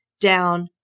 down